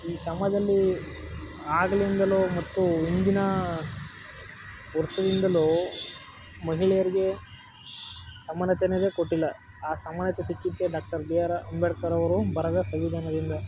ಈ ಸಮಾಜದಲ್ಲೀ ಆಗ್ಲಿಂದಲೂ ಮತ್ತು ಹಿಂದಿನ ವರ್ಷದಿಂದಲೂ ಮಹಿಳೆಯರಿಗೆ ಸಮಾನತೆ ಅನ್ನೋದೇ ಕೊಟ್ಟಿಲ್ಲ ಆ ಸಮಾನತೆ ಸಿಕ್ಕಿದ್ದೆ ಡಾಕ್ಟರ್ ಬಿ ಆರ್ ಅಂಬೇಡ್ಕರ್ ಅವರು ಬರೆದ ಸಂವಿಧಾನದಿಂದ